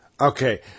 Okay